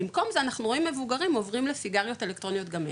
במקום זה אנחנו רואים מבוגרים עוברים לסיגריות אלקטרוניות גם הם.